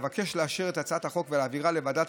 אבקש לאשר את הצעת החוק ולהעבירה לוועדת